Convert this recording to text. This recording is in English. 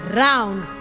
round,